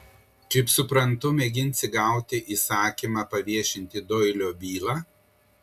kaip suprantu mėginsi gauti įsakymą paviešinti doilio bylą